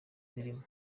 zirimo